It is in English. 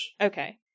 Okay